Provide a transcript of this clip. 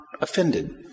offended